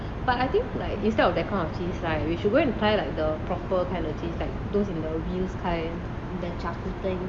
but I think like instead of that kind of cheese right we should go and try like the proper kind of cheese like those in the wheels kind